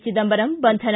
Chidambaram Bandhan